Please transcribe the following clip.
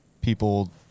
people